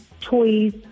toys